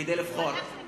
הוא היה מוכן,